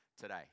today